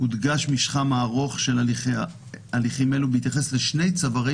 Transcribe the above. הודגש משכם הארוך של הליכים אלו בהתייחס לשני צווארי